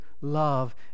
love